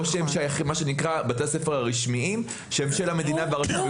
מה שנקרא בתי הספר הרשמיים שהם של המדינה ברשות המקומית.